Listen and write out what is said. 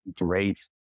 great